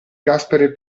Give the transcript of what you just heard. gaspare